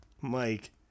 Mike